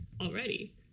already